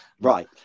right